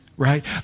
right